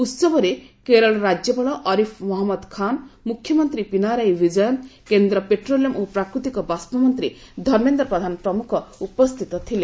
ଉହବରେ କେରଳ ରାଜ୍ୟପାଳ ଅରିଫ୍ ମହମ୍ମଦ ଖାନ୍ ମୁଖ୍ୟମନ୍ତ୍ରୀ ପିନାରାୟି ବିଜୟନ୍ କେନ୍ଦ୍ର ପେଟ୍ରୋଲିୟମ୍ ଓ ପ୍ରାକୃତିକ ବାଷ୍ପ ମନ୍ତ୍ରୀ ଧର୍ମେନ୍ଦ୍ର ପ୍ରଧାନ ପ୍ରମୁଖ ଉପସ୍ଥିତ ଥିଲେ